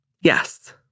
yes